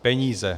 Peníze.